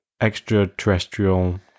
extraterrestrial